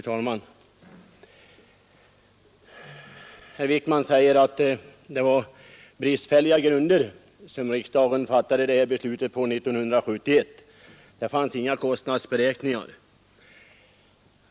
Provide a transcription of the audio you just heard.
Fru talman! Herr Wijkman säger att det var på bristfälliga grunder riksdagen fattade utlokaliseringsbeslutet 1971; det förelåg inga kostnadsberäkningar.